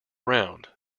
round